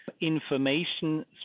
information